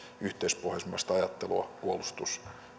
yhteispohjoismaista ajattelua puolustus